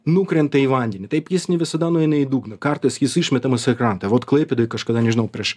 nukrenta į vandenį taip jis ne visada nueina į dugną kartais jis išmetamas į krantą vot klaipėdoj kažkada nežinau prieš